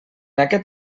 aquest